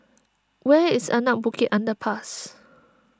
where is Anak Bukit Underpass